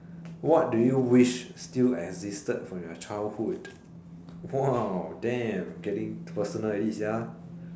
what do you wish still existed from your childhood !wow! damn getting personal already